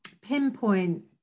pinpoint